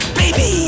baby